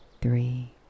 three